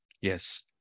yes